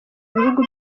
ibihugu